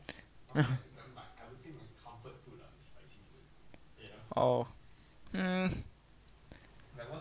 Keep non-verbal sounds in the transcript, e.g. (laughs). (laughs) oh mm